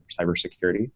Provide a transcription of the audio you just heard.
cybersecurity